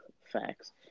facts